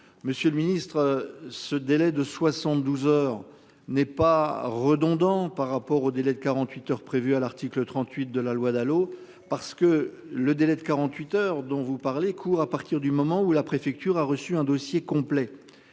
Monsieur le Ministre, ce délai de 72 heures n'est pas redondant par rapport au délai de 48 heures, prévues à l'article 38 de la loi Dalo parce que le délai de 48 heures dont vous parlez court à partir du moment où la préfecture a reçu un dossier complet.